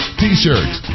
t-shirts